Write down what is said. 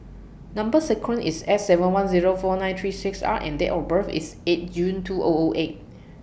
Number sequence IS S seven one Zero four nine three six R and Date of birth IS eight June two O O eight